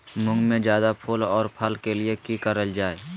मुंग में जायदा फूल और फल के लिए की करल जाय?